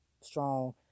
strong